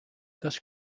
thus